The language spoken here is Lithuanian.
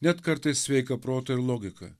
net kartais sveiką protą ir logiką